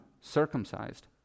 circumcised